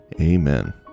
Amen